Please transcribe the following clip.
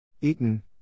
Eaton